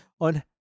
on